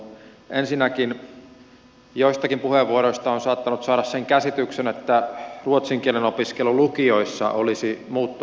ensinnäkin joistakin puheenvuoroista on saattanut saada sen käsityksen että ruotsin kielen opiskelu lukioissa olisi muuttunut vapaaehtoiseksi